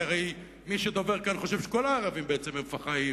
כי הרי מי שדובר כאן חושב שכל הערבים הם בעצם פח"עים.